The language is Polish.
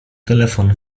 telefon